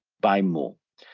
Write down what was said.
buy more.